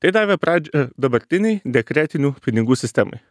tai davė pradžią dabartinei dekretinių pinigų sistemai